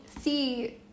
see